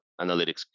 analytics